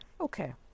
Okay